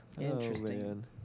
Interesting